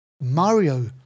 Mario